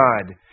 God